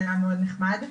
זה היה מאוד נחמד.